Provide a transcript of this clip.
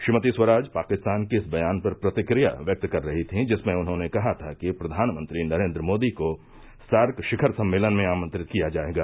श्रीमती स्वराज पाकिस्तान के इस बयान पर प्रतिक्रिया व्यक्त कर रही थीं जिसमें उसने कहा था कि प्रधानमंत्री नरेन्द्र मोदी को सार्क शिखर सम्मेलन में आमंत्रित किया जाएगा